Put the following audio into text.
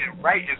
right